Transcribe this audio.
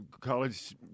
college